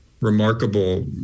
remarkable